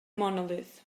monolith